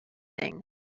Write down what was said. thing